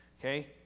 Okay